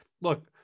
Look